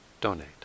donate